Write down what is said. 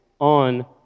on